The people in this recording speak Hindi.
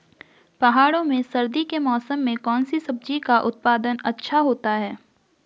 पहाड़ों में सर्दी के मौसम में कौन सी सब्जी का उत्पादन अच्छा होता है?